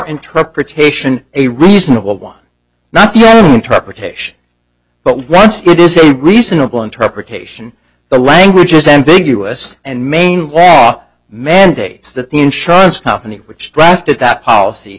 interpretation a reasonable one not your interpretation but once it is reasonable interpretation the language is ambiguous and maine law mandates that the insurance company which drafted that policy